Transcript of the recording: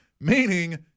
meaning